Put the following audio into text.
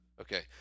Okay